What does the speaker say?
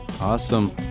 awesome